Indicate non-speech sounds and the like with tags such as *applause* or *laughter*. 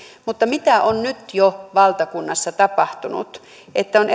mutta on nyt jo valtakunnassa tapahtunut että on *unintelligible*